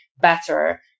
better